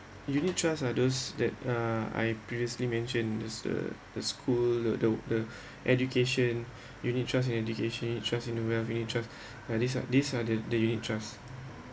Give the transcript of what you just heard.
unit trust are those that uh I previously mentioned is the the school the the the education unit trust education unit trust in the wealth unit trust uh these these are the the unit trust